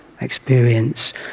experience